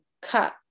cut